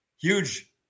huge